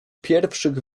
pierwszych